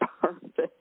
perfect